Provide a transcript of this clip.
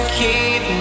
keep